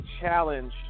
challenge